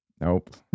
nope